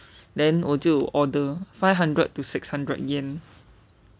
then 我就 order five hundred to six hundred yen